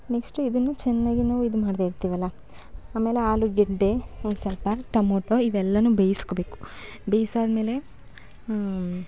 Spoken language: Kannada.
ನೆಕ್ಶ್ಟು ಇದನ್ನು ಚೆನ್ನಾಗಿ ನಾವು ಇದು ಮಾಡ್ತಾಯಿರ್ತೀವಲ್ಲ ಆಮೇಲೆ ಆಲುಗಡ್ಡೆ ಒಂದು ಸ್ವಲ್ಪ ಟಮೋಟೊ ಇವೆಲ್ಲನೂ ಬೇಯಿಸ್ಕೊಬೇಕು ಬೆಯಿಸಾದ್ಮೇಲೆ